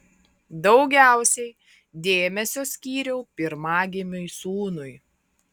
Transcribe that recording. daugiausiai dėmesio skyriau pirmagimiui sūnui